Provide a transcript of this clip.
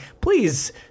please